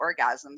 orgasms